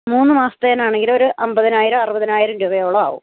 മൂന്ന് മാസത്തേനാണെങ്കിലൊരു അമ്പതിനായിരം അറുപതിനായിരം രൂപയോളമാവും